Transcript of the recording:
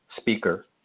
speaker